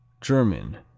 German